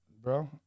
bro